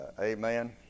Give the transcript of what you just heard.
Amen